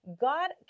God